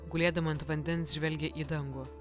gulėdama ant vandens žvelgia į dangų